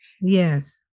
Yes